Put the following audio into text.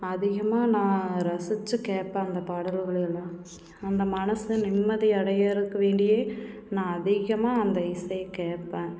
அதிகமாக நான் ரசித்து கேட்பேன் அந்த பாடல்களையெல்லாம் அந்த மனது நிம்மதி அடைகிறக்கு வேண்டியே நான் அதிகமாக அந்த இசையை கேட்பேன்